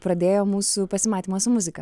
pradėjo mūsų pasimatymą su muzika